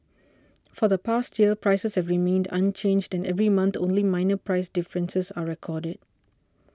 for the past year prices have remained unchanged and every month only minor price differences are recorded